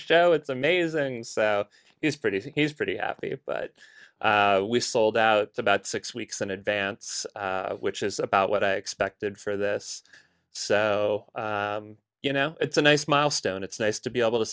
show it's amazing so it's pretty he's pretty happy but we sold out about six weeks in advance which is about what i expected for this so you know it's a nice milestone it's nice to be able to